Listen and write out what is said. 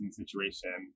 situation